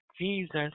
Jesus